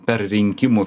per rinkimų